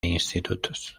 institutos